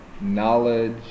knowledge